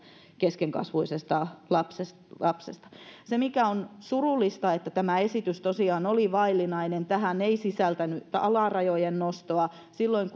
keskenkasvuisesta lapsesta lapsesta se mikä on surullista on se että tämä esitys tosiaan oli vaillinainen tähän ei sisältynyt alarajojen nostoa muistan että silloin